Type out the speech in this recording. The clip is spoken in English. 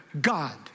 God